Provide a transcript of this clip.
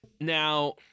Now